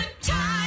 time